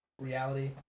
reality